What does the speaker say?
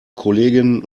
kolleginnen